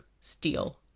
steal